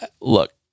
look